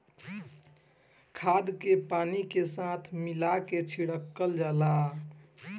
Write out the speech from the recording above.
खाद के पानी के साथ मिला के छिड़कल जाला